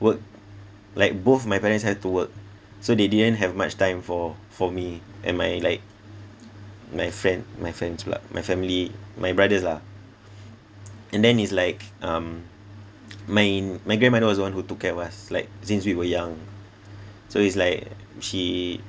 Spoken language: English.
work like both my parents have to work so they didn't have much time for for me and my like my friend my friends lah my family my brothers lah and then it's like um my my grandmother was one who took care of us like since we were young so it's like she